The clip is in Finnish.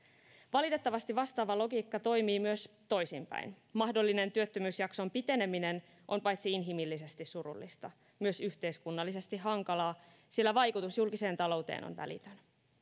valitettavasti vastaava logiikka toimii myös toisinpäin mahdollinen työttömyysjakson piteneminen on paitsi inhimillisesti surullista myös yhteiskunnallisesti hankalaa sillä vaikutus julkiseen talouteen on välitön